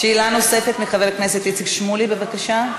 שאלה נוספת לחבר הכנסת איציק שמולי, בבקשה.